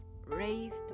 raised